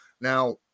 Now